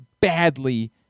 badly